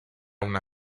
una